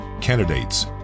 candidates